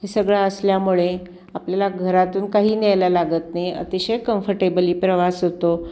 हे सगळं असल्यामुळे आपल्याला घरातून काही न्यायला लागत नाही अतिशय कम्फर्टेबली प्रवास होतो